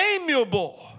amiable